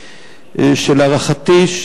להערכתי,